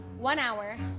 one hour.